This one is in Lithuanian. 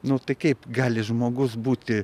nu tai kaip gali žmogus būti